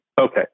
okay